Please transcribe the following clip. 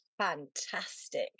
fantastic